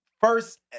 first